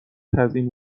تزیین